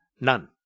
None